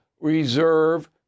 reserve